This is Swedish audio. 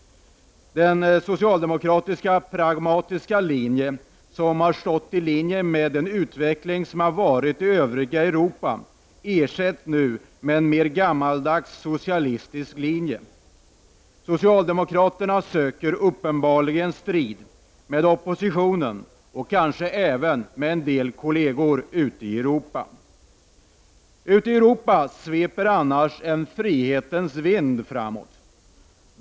Den socialdemokratiska pragmatismen som har stått i linje med den utveckling som skett i övriga Europa ersätts med den mera gammaldags socialistiska linjen. Socialdemokraterna söker uppenbarligen strid med oppositionen och kanske även med en del kolleger i Europa. Ute i Europa sveper en frihetens vind fram.